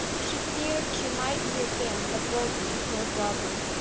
she feared she might be again a burden to her brother.